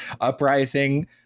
uprising